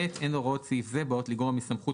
(ב) אין הוראות סעיף זה באות לגרוע מסמכות